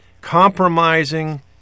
compromising